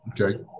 okay